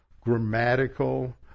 grammatical